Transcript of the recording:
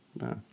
no